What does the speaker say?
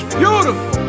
beautiful